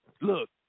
Look